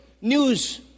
news